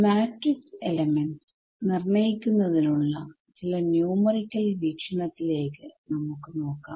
matrix elements നിർണ്ണയിക്കുന്നതിനുള്ള ചില numerical വീക്ഷണത്തിലേക്ക് നമുക്ക് നോക്കാം